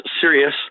serious